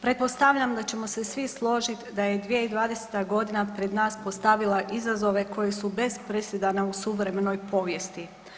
Pretpostavljam da ćemo se svi složiti da je 2020. godina pred nas postavila izazove koji su bez presedana u suvremenoj povijesti.